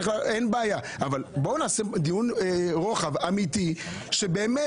אין בעיה אבל בואו נעשה דיון רוחב אמיתי שבאמת